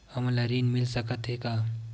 हमन ला ऋण मिल सकत हे का?